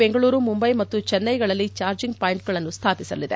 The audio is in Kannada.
ಬೆಂಗಳೂರು ಮುಂಬೈ ಮತ್ತು ಚೆನ್ನೈಗಳಲ್ಲಿ ಚಾರ್ಜಿಂಗ್ ಪಾಯಿಂಟ್ಗಳನ್ನು ಸ್ಥಾಪಿಸಲಿದೆ